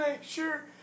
sure